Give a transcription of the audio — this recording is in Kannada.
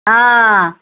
ಹಾಂ